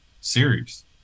series